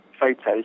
photos